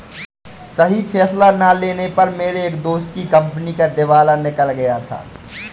सही फैसला ना लेने पर मेरे एक दोस्त की कंपनी का दिवाला निकल गया था